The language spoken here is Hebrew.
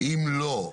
אם לא,